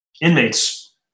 inmates